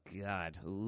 God